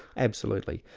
absolutely.